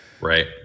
Right